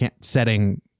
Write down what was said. setting